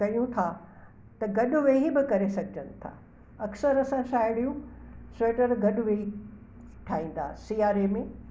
कयूं था त गॾु वेही बि करे सघजनि था अक्सर असां साहेड़ियूं सीटर गॾु वेही ठाहींदास सीयारे में